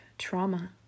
trauma